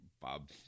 Bob